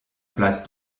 place